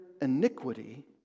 iniquity